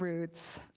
roots,